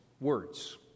words